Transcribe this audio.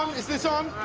um is this on?